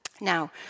Now